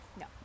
No